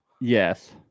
Yes